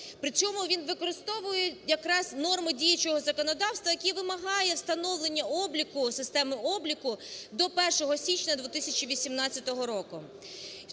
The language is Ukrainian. при чому він використовує якраз норми діючого законодавства, який вимагає встановлення обліку, системи обліку до 1 січня 2018 року.